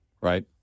right